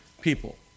people